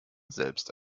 selbst